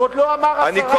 אני אדבר,